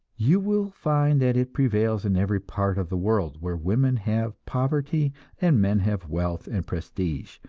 you will find that it prevails in every part of the world where women have poverty and men have wealth and prestige,